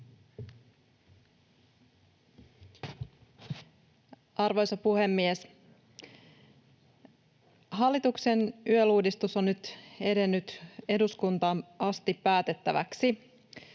Arvoisa puhemies! Hallituksen YEL-uudistus on nyt edennyt eduskuntaan asti päätettäväksi,